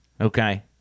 okay